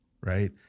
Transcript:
right